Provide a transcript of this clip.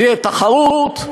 תהיה תחרות,